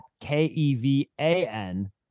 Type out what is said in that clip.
K-E-V-A-N